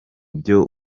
byo